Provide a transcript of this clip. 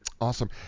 Awesome